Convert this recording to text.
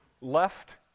left